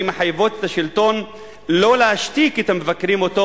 שמחייבים את השלטון שלא להשתיק את המבקרים אותו